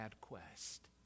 quest